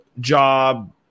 job